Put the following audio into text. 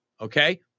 okay